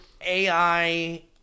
AI